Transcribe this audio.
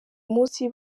munsi